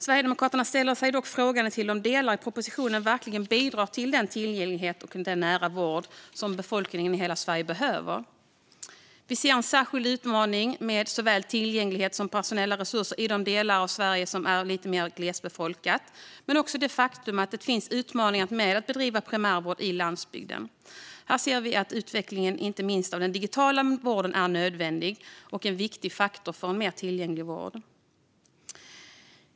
Sverigedemokraterna ställer sig dock frågande till om delar i propositionen verkligen bidrar till den tillgänglighet och den nära vård som befolkningen i hela Sverige behöver. Vi ser en särskild utmaning när det gäller såväl tillgänglighet som personella resurser i de delar av Sverige som är lite mer glesbefolkade. Men det är också ett faktum att det finns utmaningar med att bedriva primärvård på landsbygden. Här ser vi att utvecklingen av inte minst den digitala vården är en nödvändig och viktig faktor för en mer tillgänglig vård.